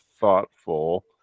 thoughtful